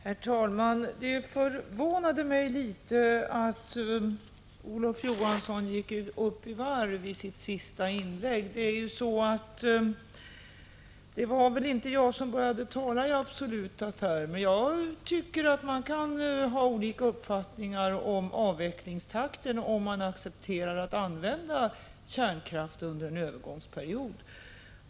Herr talman! Det förvånade mig litet att Olof Johansson gick upp i varv i sitt sista inlägg. Det var väl inte jag som började tala i absoluta termer. Man kan ha olika uppfattningar om avvecklingstakten — om man accepterar att använda kärnkraften under en övergångsperiod.